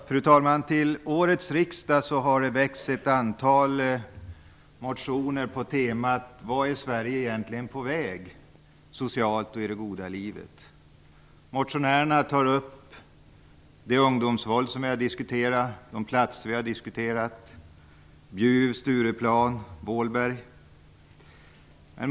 Fru talman! Till årets riksdag har det väckts ett antal motioner på temat - Vart är Sverige egentligen på väg socialt och i det goda livet? Motionerna har tagit upp det ungdomsvåld och de platser som vi har diskuterat - Bjuv, Stureplan och Vålberg.